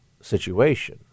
situation